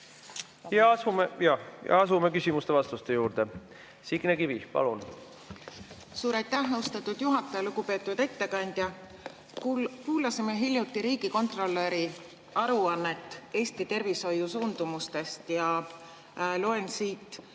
Asume küsimuste-vastuste juurde. Signe Kivi, palun! Suur aitäh, austatud juhataja! Lugupeetud ettekandja! Kuulasime hiljuti riigikontrolöri aruannet Eesti tervishoiu suundumustest ja loen siit,